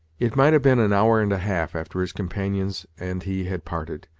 it might have been an hour and a half after his companions and he had parted,